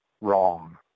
wrong